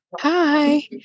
Hi